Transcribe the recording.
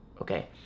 okay